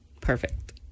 Perfect